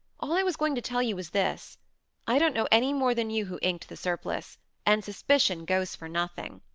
all i was going to tell you was this i don't know any more than you who inked the surplice and suspicion goes for nothing.